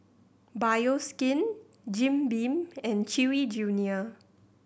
Bioskin Jim Beam and Chewy Junior